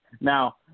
Now